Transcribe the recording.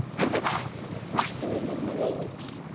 over there rustling in the leaves,